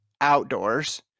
outdoors